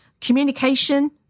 communication